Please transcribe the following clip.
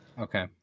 Okay